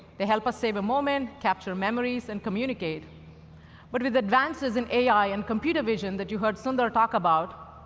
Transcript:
they help us save a moment, capture memories, and communicate. but with advances in ai and computer vision that you heard sundar talk about,